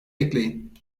ekleyin